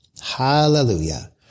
Hallelujah